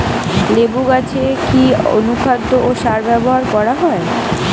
লেবু গাছে কি অনুখাদ্য ও সার ব্যবহার করা হয়?